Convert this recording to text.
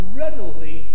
readily